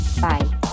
Bye